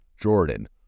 Jordan